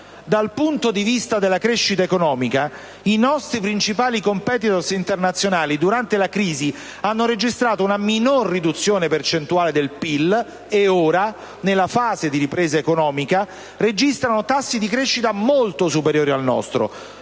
Dal punto di vista della crescita economica, i nostri principali *competitors* internazionali durante la crisi hanno registrato una minor riduzione percentuale del PIL e ora, nella fase di ripresa economica, registrano tassi di crescita molto superiori al nostro: